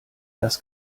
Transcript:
das